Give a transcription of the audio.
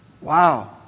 Wow